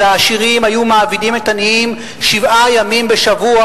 העשירים היו מעבידים את העניים שבעה ימים בשבוע